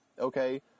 okay